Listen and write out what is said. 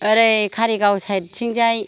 ओरै कारिगाव साइदथिंजाय